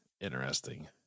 interesting